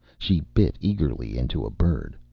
she bit eagerly into a bird.